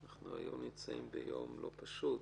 אנחנו היום נמצאים ביום לא פשוט